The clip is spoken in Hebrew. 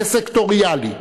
כסקטוריאלי,